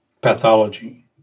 pathology